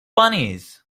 bunnies